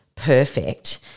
Perfect